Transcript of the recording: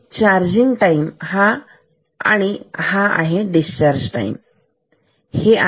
तर आहे charging time आणि हा डिस्चार्ज टाईम ठीक